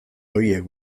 horiek